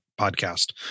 podcast